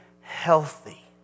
healthy